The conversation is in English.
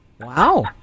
wow